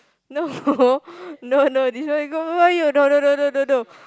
no no no this one you no no no no no no